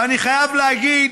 ואני חייב להגיד